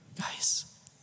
guys